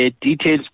details